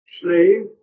slave